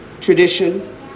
tradition